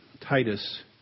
Titus